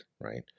Right